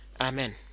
Amen